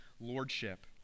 lordship